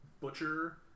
Butcher